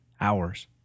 hours